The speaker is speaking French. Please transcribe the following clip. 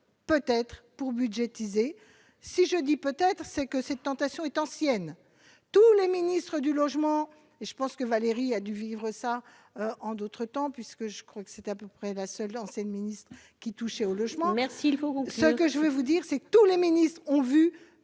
peut-être pour budgétiser si je dis peut-être, c'est que cette tentation est ancienne, tous, le ministre du Logement et je pense que Valérie a dû vivre ça en d'autres temps puisque je crois que c'était à peu près la seule ancienne ministre qui, touché au logement merci il faut ce que je vais vous dire, c'est que tous les ministres ont vu